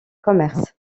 commerces